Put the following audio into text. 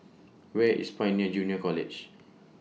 Where IS Pioneer Junior College